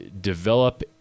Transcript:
develop